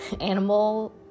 animal